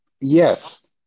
Yes